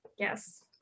Yes